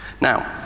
Now